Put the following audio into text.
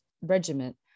regiment